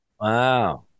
Wow